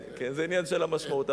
כן, זה העניין של המשמעות.